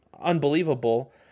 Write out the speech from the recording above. unbelievable